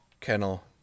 kennel